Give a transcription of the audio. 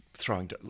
Throwing